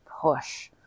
push